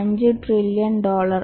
5 trillion dollar